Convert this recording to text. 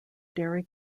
dairy